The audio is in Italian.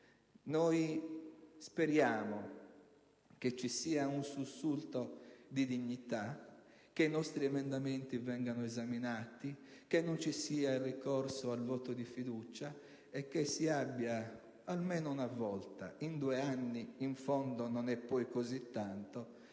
dunque che ci sia un sussulto di dignità, che i nostri emendamenti vengano esaminati, che non si ricorra al voto di fiducia e che si abbia, almeno una volta in due anni ‑ in fondo non è poi così tanto